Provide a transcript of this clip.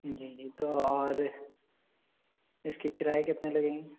जी जी तो और इसका किराया कितने लगेंगे